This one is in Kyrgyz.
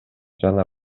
жана